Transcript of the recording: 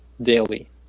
daily